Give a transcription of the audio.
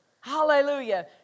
Hallelujah